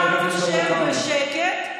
אתה תשב בשקט,